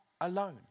alone